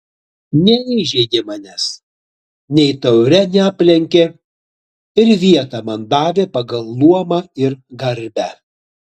neįžeidė manęs nei taure neaplenkė ir vietą man davė pagal luomą ir garbę